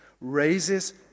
raises